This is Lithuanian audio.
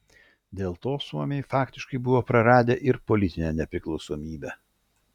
dėl to suomiai faktiškai buvo praradę ir politinę nepriklausomybę